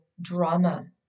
drama